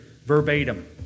verbatim